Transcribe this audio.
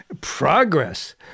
progress